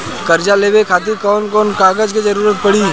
कर्जा लेवे खातिर कौन कौन कागज के जरूरी पड़ी?